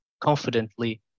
confidently